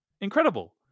Incredible